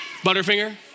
Butterfinger